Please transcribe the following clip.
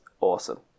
awesome